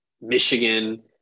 Michigan